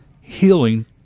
healing